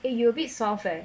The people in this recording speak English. eh you a bit soft leh